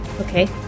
Okay